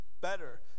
Better